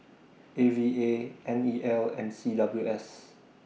A V A N E L and C W S